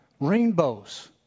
rainbows